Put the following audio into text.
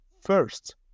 first